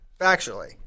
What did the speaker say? factually